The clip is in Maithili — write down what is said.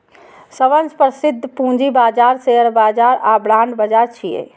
सबसं प्रसिद्ध पूंजी बाजार शेयर बाजार आ बांड बाजार छियै